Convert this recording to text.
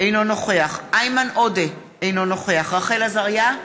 אינו נוכח איימן עודה, אינו נוכח רחל עזריה,